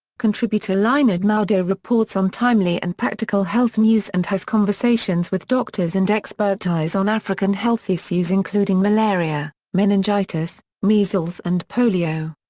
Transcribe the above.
contributor linord moudou reports on timely and practical health news and has conversations with doctors and expertise on african health issues including malaria, meningitis, measles and polio.